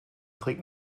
trägt